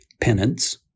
penance